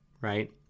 right